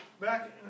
back